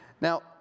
Now